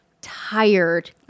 tired